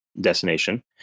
destination